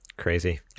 crazy